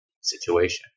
situation